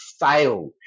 fail